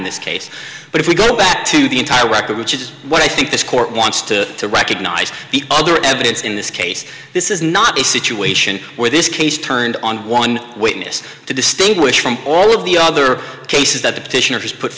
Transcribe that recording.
this case but if we go back to the entire record which is what i think this court wants to recognize the other evidence in this case this is not a situation where this case turned on one witness to distinguish from all of the other cases that